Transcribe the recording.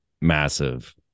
massive